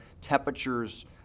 temperatures